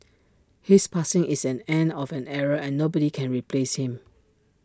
his passing is an end of an era and nobody can replace him